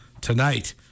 tonight